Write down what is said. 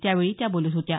त्यावेळी त्या बोलत होत्या